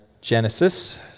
Genesis